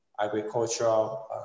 agricultural